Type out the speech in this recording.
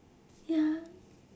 ya